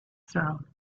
throne